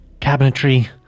cabinetry